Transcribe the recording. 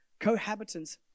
Cohabitants